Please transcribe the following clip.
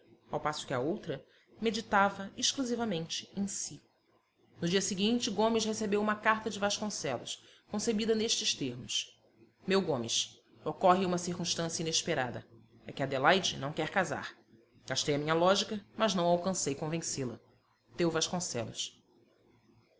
ao passo que a outra meditava exclusivamente em si no dia seguinte gomes recebeu uma carta de vasconcelos concebida nestes termos meu gomes ocorre uma circunstância inesperada é que adelaide não quer casar gastei a minha lógica mas não alcancei convencê-la teu vasconcelos